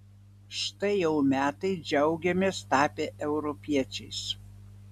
štai jau metai džiaugiamės tapę europiečiais